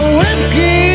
whiskey